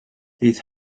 bydd